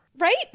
right